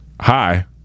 hi